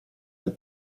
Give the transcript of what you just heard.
del